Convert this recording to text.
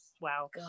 Wow